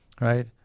right